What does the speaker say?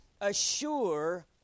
assure